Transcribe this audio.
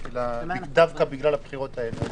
דווקא בגלל הבחירות האלה.